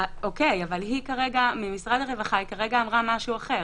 אבל ממשרד הרווחה היא אמרה כרגע משהו אחר.